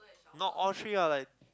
not all tree ah like